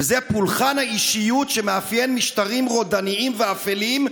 וזה פולחן האישיות שמאפיין משטרים רודניים ואפלים,